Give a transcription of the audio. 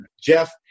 Jeff